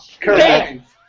Correct